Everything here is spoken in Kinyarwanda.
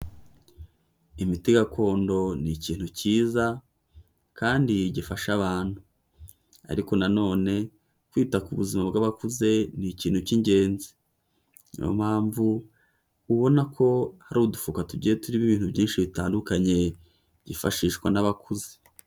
Imiti gakondo ni ikintu cyiza, kandi gifasha abantu. Ariko nanone kwita ku buzima bw'abakuze, ni ikintu cy'ingenzi. Niyo mpamvu, ubona ko hari udufuka tugiye turimo ibintu byinshi bitandukanye, byifashishwa n'abakuze.